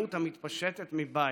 והאלימות המתפשטת מבית.